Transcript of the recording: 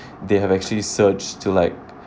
they have actually surged to like